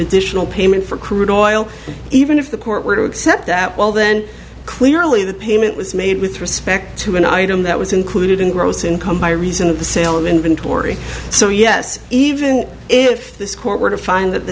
additional payment for crude oil even if the court were to accept that well then clearly the payment was made with respect to an item that was included in gross income by reason of the sale inventory so yes even if this court were to find that the